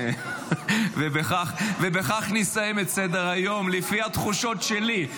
ובכך נסיים את סדר-היום, לפי התחושות שלי.